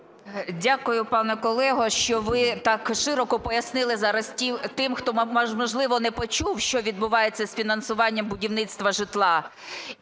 Дякую, пане колего, що ви так широко пояснили зараз тим, хто, можливо, не почув, що відбувається з фінансуванням будівництва житла.